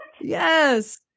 Yes